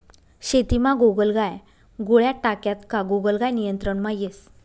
शेतीमा गोगलगाय गोळ्या टाक्यात का गोगलगाय नियंत्रणमा येस